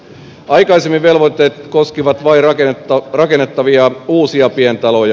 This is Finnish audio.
aikaisemmin velvoitteet koskivat vain rakennettavia uusia pientaloja